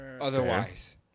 otherwise